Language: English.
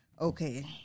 Okay